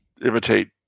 imitate